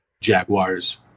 Jaguars